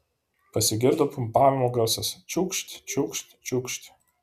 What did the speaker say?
pasigirdo pumpavimo garsas čiūkšt čiūkšt čiūkšt